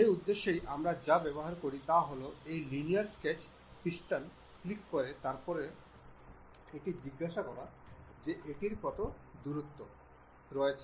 সেই উদ্দেশ্যে আমরা যা ব্যবহার করি তা হল এই লিনিয়ার স্কেচ প্যাটার্ন ক্লিক করা তারপরে এটি জিজ্ঞাসা করে যে এটির কত দূরত্ব তে রয়েছে